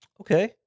Okay